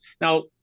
Now